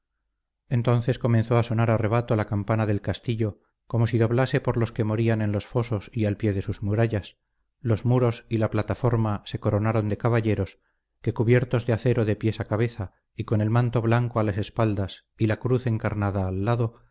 entonces comenzó a sonar a rebato la campana del castillo como si doblase por los que morían en los fosos y al pie de sus murallas los muros y la plataforma se coronaron de caballeros que cubiertos de acero de pies a cabeza y con el manto blanco a las espaldas y la cruz encarnada al lado